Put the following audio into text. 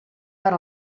per